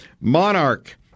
Monarch